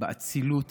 באצילות,